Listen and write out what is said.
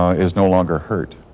ah is no longer hurt?